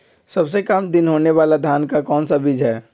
सबसे काम दिन होने वाला धान का कौन सा बीज हैँ?